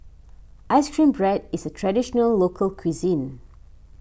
Ice Cream Bread is a Traditional Local Cuisine